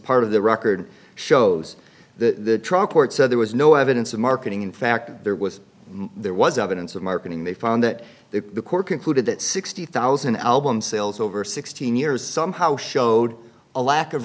part of the record shows the trial court so there was no evidence of marketing in fact there was there was evidence of marketing they found that they the court concluded that sixty thousand album sales over sixteen years somehow showed a lack of